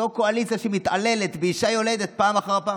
זו קואליציה שמתעללת באישה יולדת פעם אחר פעם.